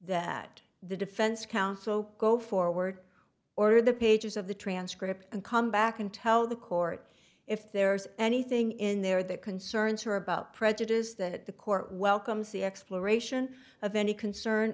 that the defense counsel go forward or the pages of the transcript and come back and tell the court if there's anything in there that concerns her about prejudice that the court welcomes the exploration of any concern